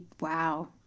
Wow